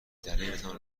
دلیلتان